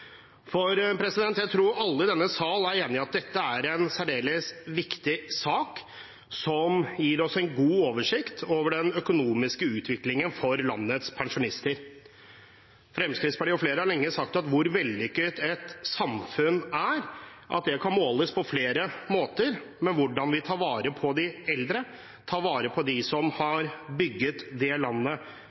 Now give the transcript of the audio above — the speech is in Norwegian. Jeg tror alle i denne sal er enig i at dette er en særdeles viktig sak, som gir oss en god oversikt over den økonomiske utviklingen for landets pensjonister. Fremskrittspartiet og flere har lenge sagt at hvor vellykket et samfunn er, kan måles på flere måter – men hvordan vi tar vare på de eldre, hvordan vi tar vare på dem som har bygget det landet